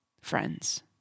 friends